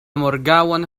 morgaŭon